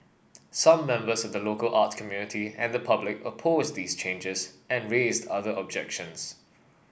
some members of the local art community and the public opposed these changes and raised other objections